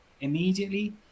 immediately